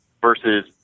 versus